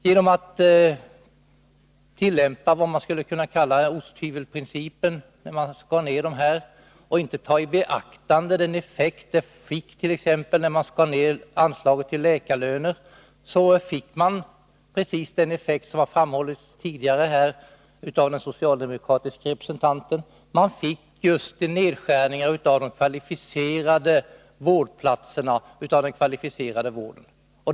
Genom att tillämpa vad som skulle kunna kallas osthyvelprincipen när dessa nedskärningar gjordes och genom att exempelvis inte beakta följderna av att skära ned anslaget till läkarlöner, fick man precis den effekt som här har redovisats av den socialdemokratiske representanten, nämligen nedskärningar av den kvalificerade vården.